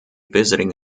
visiting